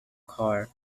car